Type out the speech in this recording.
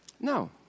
No